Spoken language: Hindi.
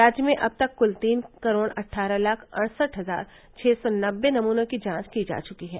राज्य में अब तक कुल तीन करोड़ अट्ठारह लाख अड़सठ हजार छ सौ नब्बे नमूनों की जांच की जा चुकी है